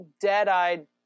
dead-eyed